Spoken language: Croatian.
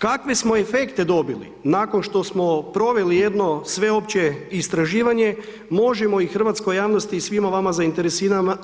Kakve smo efekte dobili nakon što smo proveli jedno sveopće istraživanje možemo i hrvatskoj javnosti i svima vama